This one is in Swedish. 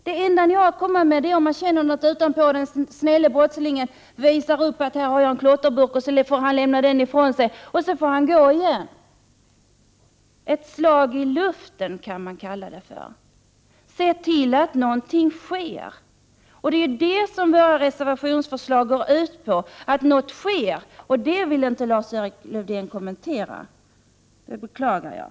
Det enda ni har att komma med är att när man känner någonting utanpå kläderna skall den snälle brottslingen visa upp sin klotterburk och lämna den ifrån sig. Sedan får han gå fri. Detta kan man kalla för ett slag i luften. Se till att någonting sker! Våra reservationsförslag går ut på att det skall ske någonting. Men detta vill inte Lars-Erik Lövdén kommentera, vilket jag beklagar.